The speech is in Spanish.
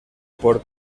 por